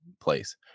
place